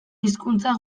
hizkuntza